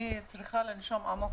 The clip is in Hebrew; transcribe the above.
אני צריכה לנשום עמוק